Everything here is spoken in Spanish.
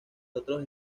otros